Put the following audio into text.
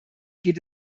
geht